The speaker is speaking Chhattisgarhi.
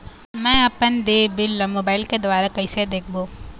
मैं अपन देय बिल ला मोबाइल के द्वारा कइसे देखबों?